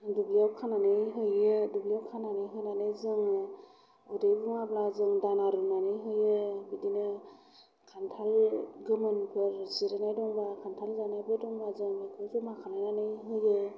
दुब्लियाव खानानै हैयो दुब्लियाव खानानै होनानै जोङो उदै बुङाब्ला जों दाना रुनानै होयो बिदिनो खान्थाल गोमोनफोर जिरनाय दङब्ला खान्थाल जानायफोर दंब्ला जों बेखौ जमा खालायनानै होयो